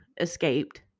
escaped